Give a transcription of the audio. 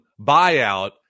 buyout